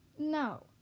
No